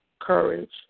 courage